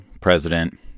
president